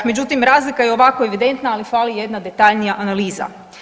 Međutim, razlika je ovako evidentna, ali fali jedna detaljnija analiza.